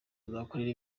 azakorera